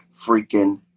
freaking